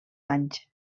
anys